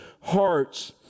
hearts